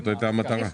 זאת הייתה המטרה.